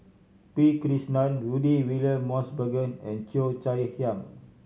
P Krishnan Rudy William Mosbergen and Cheo Chai Hiang